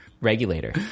regulator